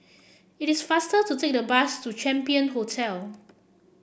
it is faster to take the bus to Champion Hotel